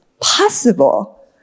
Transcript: possible